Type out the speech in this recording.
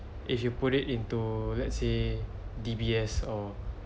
if you put it into let's say D_B_S or